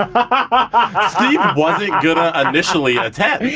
ah wasn't going to initially attend.